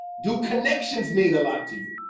do connections mean a lot to you?